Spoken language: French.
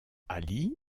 ali